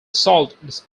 salt